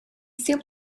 still